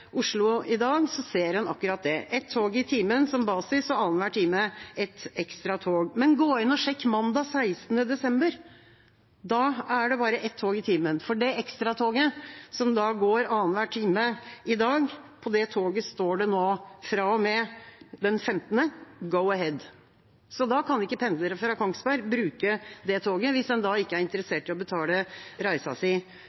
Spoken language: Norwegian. i dag, ser en akkurat det – ett tog i timen som basis, og annenhver time ett ekstra tog. Men gå inn og sjekk mandag 16. desember. Da er det bare ett tog i timen, for på det ekstratoget, som går annenhver time i dag, står det fra og med den 15. desember Go-Ahead. Så da kan ikke pendlere fra Kongsberg bruke det toget, hvis en ikke er